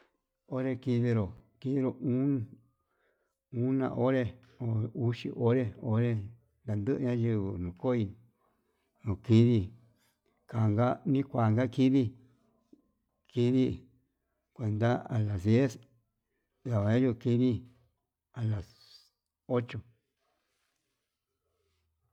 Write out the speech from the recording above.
Onre kinero kinero uun unero onré, uu uxi onré onré kanduña yunguu nokoi okidi nikuana kidii, kidii kuenta alas diez ndavayo kidii alas ocho.